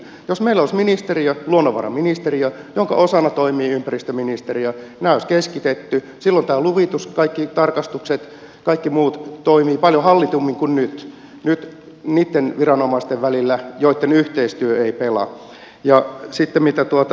jos meillä olisi ministeriö luonnonvaraministeriö jonka osana toimii ympäristöministeriö nämä olisi keskitetty silloin tämä luvitus kaikki tarkastukset kaikki muut toimisivat paljon hallitummin kuin nyt niitten viranomaisten välillä joitten yhteistyö ei pelaa